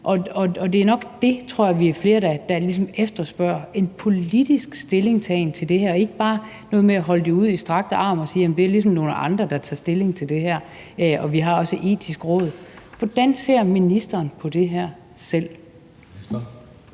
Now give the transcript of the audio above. Og det, jeg tror vi er flere der ligesom efterspørger, er en politisk stillingtagen til det her og ikke bare noget med at holde det ud i strakt arm og sige, at det er nogle andre, der tager stilling til det her, og at vi også har Det Etiske Råd. Hvordan ser ministeren på det her selv?